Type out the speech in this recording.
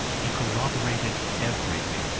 he corroborated everything,